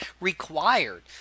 required